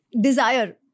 Desire